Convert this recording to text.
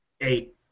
eight